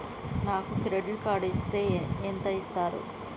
నాకు credit card ఇస్తే ఎంత ఇస్తరు?